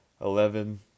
Eleven